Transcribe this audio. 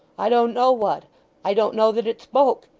i don't know what i don't know that it spoke.